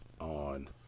on